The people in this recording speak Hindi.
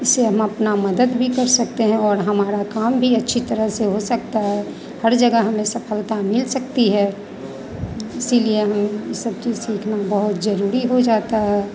इससे हम अपना मदद भी कर सकते हैं और हमारा काम भी अच्छी तरह से हो सकता है हर जगह हमें सफलता मिल सकती है इसलिए हम सब चीज़ सीखने में बहुत ज़रूरी हो जाता है